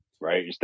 right